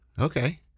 Okay